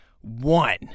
One